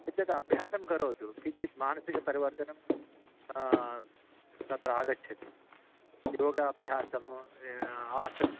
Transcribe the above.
एतद् अभ्यासं करोतु किञ्चित् मानसिकपरिवर्तनं तत्र आगच्छति योगाभ्यासं आस्